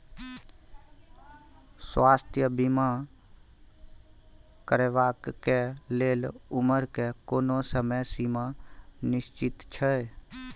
स्वास्थ्य बीमा करेवाक के लेल उमर के कोनो समय सीमा निश्चित छै?